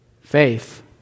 Faith